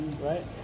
right